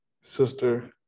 sister